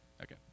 Okay